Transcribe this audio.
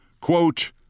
Quote